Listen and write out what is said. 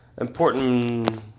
important